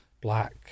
black